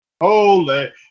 Holy